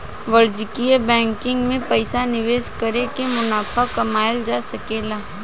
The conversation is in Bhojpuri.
वाणिज्यिक बैंकिंग में पइसा निवेश कर के मुनाफा कमायेल जा सकेला